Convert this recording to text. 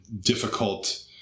difficult